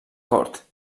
cort